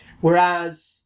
Whereas